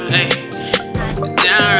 Down